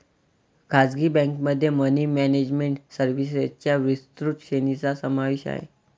खासगी बँकेमध्ये money management सर्व्हिसेसच्या विस्तृत श्रेणीचा समावेश आहे